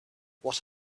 what